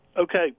Okay